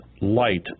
light